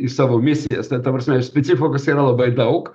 į savo misijas na ta prasme specifikos yra labai daug